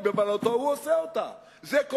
זה כל